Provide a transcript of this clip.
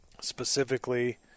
specifically